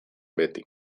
beti